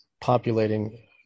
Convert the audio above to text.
populating